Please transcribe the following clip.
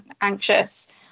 anxious